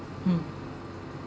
hmm